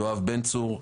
יואב בנצור,